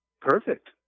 Perfect